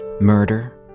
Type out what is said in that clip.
murder